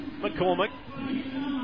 McCormick